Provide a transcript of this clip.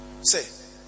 say